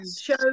show